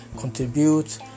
contribute